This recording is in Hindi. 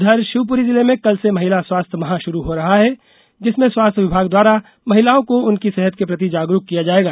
उधर शिवपुरी जिले में कल से महिला स्वास्थ्य माह शुरू हो रहा है जिसमें स्वास्थ्य विभाग द्वारा महिलाओं को उनकी सेहत के प्रति जागरूक किया जाएगा